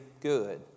good